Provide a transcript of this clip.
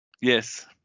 Yes